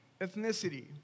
ethnicity